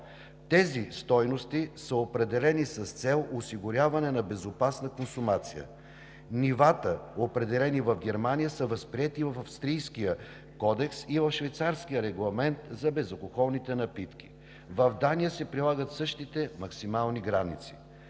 Тези стойности са определени с цел осигуряване на безопасна консумация. Нивата, определени в Германия, са възприети и в австрийския кодекс, и в швейцарския регламент за безалкохолните напитки. В Дания се прилагат същите максимални граници.